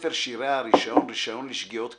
ספר שיריה הראשון, "רישיון לשגיאות כתיב",